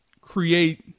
create